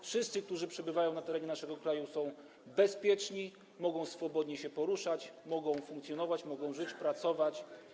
Wszyscy, którzy przebywają na terenie naszego kraju, są bezpieczni, mogą się swobodnie poruszać, mogą funkcjonować, mogą żyć, pracować.